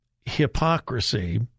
hypocrisy